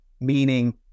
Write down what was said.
meaning